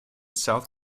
south